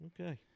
Okay